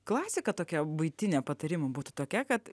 klasika tokia buitinė patarimų būtų tokia kad